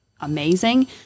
amazing